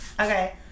Okay